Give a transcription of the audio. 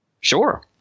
Sure